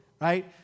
right